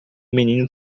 menino